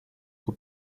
who